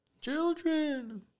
Children